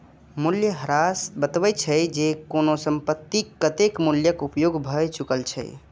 मूल्यह्रास बतबै छै, जे कोनो संपत्तिक कतेक मूल्यक उपयोग भए चुकल छै